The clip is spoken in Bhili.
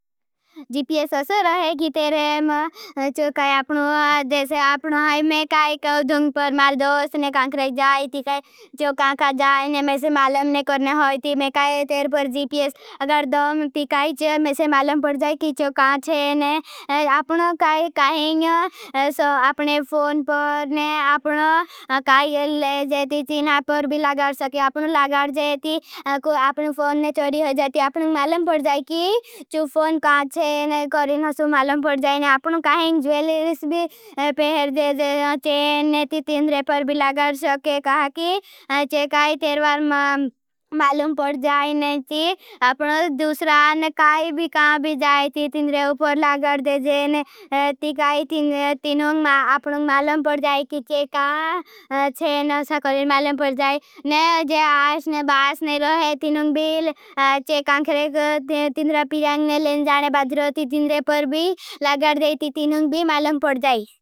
जीपियेस असूर है कि तेरे मैं चो काई आपनु आदे से आपनु हाई। मैं काई कहूँ जुंपर मार दोस्तने कांखरे जाई। तीकाई चो कांखा जाई ने मैं से मालम ने करने होई थी। मैं काई तेरे पर जीपियेस गड़दम तीकाई। मैं से मालम पड़ जाई कि चो काई है। ने आपनों काहिंग आपने फोन पर ने आपनों काहिंग ले जैती थी ने पर भी लगार सके। आपनों लगार जैती कोई अपनों फोन ने चोरी हो जाई थी। आपनों मालम पड़ जाई कि चो फोन काई है ने करी ने सो मालम पड़ जाई। ने आपनों काहिंग ज्वेलिरस भी पहर जैती थी ने पर भी लगार सके। आपनों काहिंग ज्वेलिरस भी पहर जैती थी ने पर भी लगार सके।